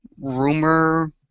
rumor